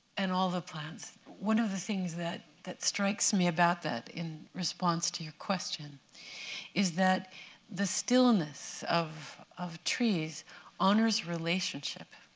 and all the plants, one of the things that that strikes me about that in response to your question is that the stillness of of trees honors relationship,